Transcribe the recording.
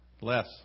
less